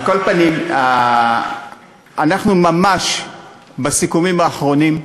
אנחנו ממש בסיכומים האחרונים.